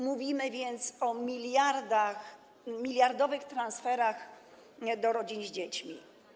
Mówimy więc o miliardach i miliardowych transferach do rodzin z dziećmi.